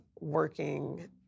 working